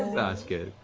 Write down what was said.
basket.